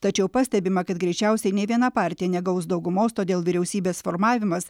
tačiau pastebima kad greičiausiai nė viena partija negaus daugumos todėl vyriausybės formavimas